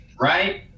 right